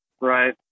right